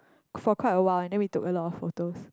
for quite awhile then we took a lot of photos